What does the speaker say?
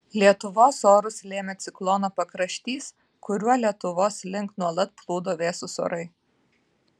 lietuvos orus lėmė ciklono pakraštys kuriuo lietuvos link nuolat plūdo vėsūs orai